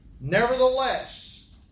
Nevertheless